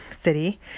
city